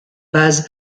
base